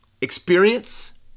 experience